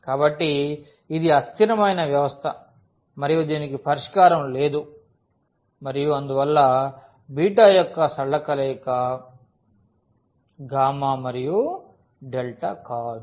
కాబట్టి ఇది అస్థిరమైన వ్యవస్థ మరియు దీనికి పరిష్కారం లేదు మరియు అందువల్ల బీటా యొక్క సరళ కలయిక కాదు